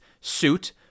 suit